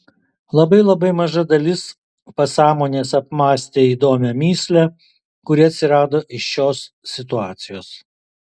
labai labai maža dalis pasąmonės apmąstė įdomią mįslę kuri atsirado iš šios situacijos